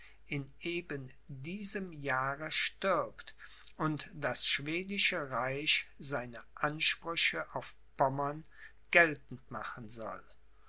in eben diesem jahre stirbt und das schwedische reich seine ansprüche auf pommern geltend machen soll